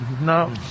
no